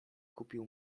kupił